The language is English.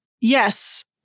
Yes